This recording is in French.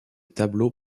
tableau